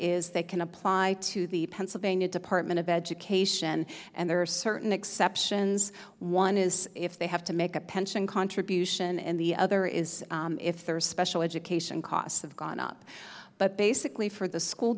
is they can apply to the pennsylvania department of education and there are certain exceptions one is if they have to make a pension contribution and the other is if there are special education costs have gone up but basically for the school